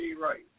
right